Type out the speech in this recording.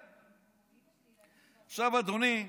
עכשיו, אדוני,